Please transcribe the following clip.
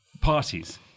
parties